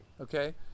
okay